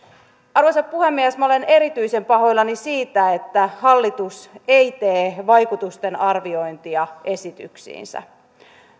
arvoisa puhemies minä olen erityisen pahoillani siitä että hallitus ei tee vaikutusten arviointia esityksiinsä